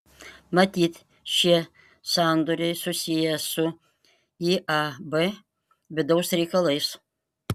matyt šie sandoriai susiję su iab vidaus reikalais